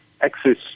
access